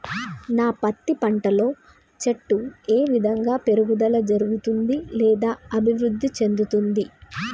నా పత్తి పంట లో చెట్టు ఏ విధంగా పెరుగుదల జరుగుతుంది లేదా అభివృద్ధి చెందుతుంది?